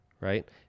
right